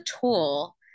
tool